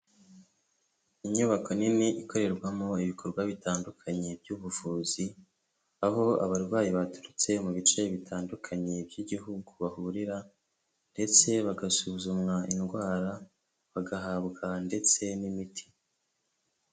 Inyubako nini ikorerwamo ibikorwa bitandukanye by'ubuvuzi, aho abarwayi baturutse mu bice bitandukanye by'Igihugu bahurira, ndetse bagasuzumwa indwara, bagahabwa ndetse n'imiti.